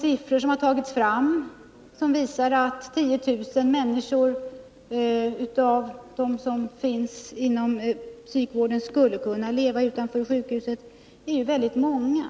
Siffror som tagits fram visar att 10 000 av de människor som finns inom psykvården skulle kunna leva utanför sjukhusen. Det är ju väldigt många.